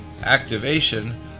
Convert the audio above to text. activation